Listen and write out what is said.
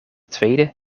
tweede